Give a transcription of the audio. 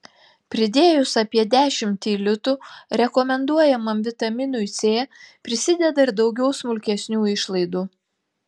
pridėjus apie dešimtį litų rekomenduojamam vitaminui c prisideda ir daugiau smulkesnių išlaidų